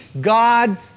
God